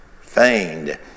feigned